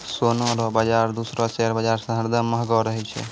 सोना रो बाजार दूसरो शेयर बाजार से हरदम महंगो रहै छै